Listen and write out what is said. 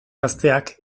gazteak